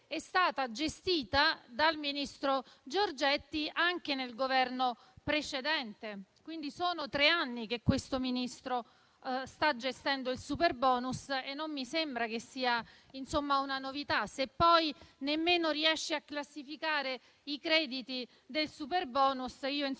è stata gestita dal ministro Giorgetti anche nel Governo precedente. Sono tre anni che questo Ministro sta gestendo il superbonus e non mi sembra sia una novità. Se poi nemmeno riesce a classificare i crediti del superbonus, io forse